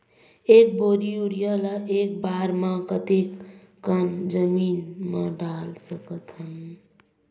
एक बोरी यूरिया ल एक बार म कते कन जमीन म डाल सकत हन?